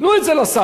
תנו את זה לשר,